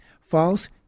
False